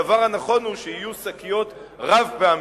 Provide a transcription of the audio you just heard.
הדבר הנכון הוא שיהיו שקיות רב-פעמיות,